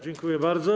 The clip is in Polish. Dziękuję bardzo.